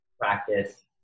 practice